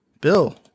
bill